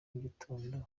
mugitondo